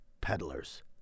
peddlers